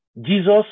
Jesus